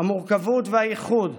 את המורכבות והייחוד,